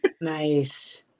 nice